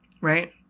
right